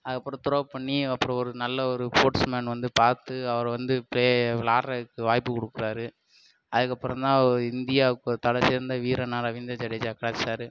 அதுக்கப்பறம் த்ரோ பண்ணி அப்புறம் ஒரு நல்ல ஒரு ஃஸ்போர்ட்ஸ்மேன் வந்து பார்த்து அவரை வந்து ப்ளே வெளாடுறதுக்கு வாய்ப்பு கொடுக்கறாரு அதுக்கப்புறம் தான் அவரு இந்தியாவுக்கு ஒரு தல சிறந்த வீரனாக ரவீந்தர் ஜடேஜா கிடச்சாரு